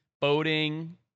boating